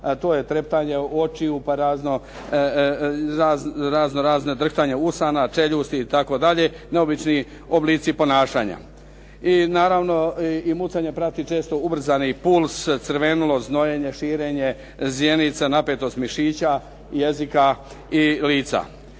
to je treptanje očiju pa razno razna drhtanja usana, čeljusti itd. neobični oblici ponašanja. Naravno mucanje prati često ubrzani puls, crvenilo, znojenje, širenje zajednica, napetost mišića jezika i lica.